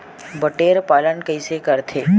बटेर पालन कइसे करथे?